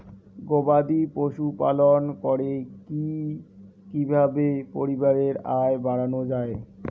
গবাদি পশু পালন করে কি কিভাবে পরিবারের আয় বাড়ানো যায়?